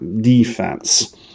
defense